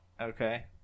okay